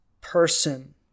person